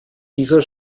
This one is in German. dieser